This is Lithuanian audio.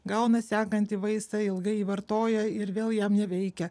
gauna sekantį vaistą ilgai vartoja ir vėl jam neveikia